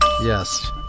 Yes